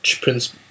Prince